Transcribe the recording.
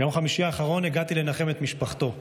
ביום חמישי האחרון הגעתי לנחם את משפחתו.